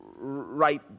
right